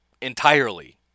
entirely